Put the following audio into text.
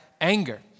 anger